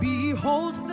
Behold